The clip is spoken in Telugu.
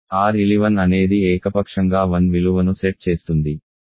R 11 అనేది ఏకపక్షంగా 1 విలువను సెట్ చేస్తుంది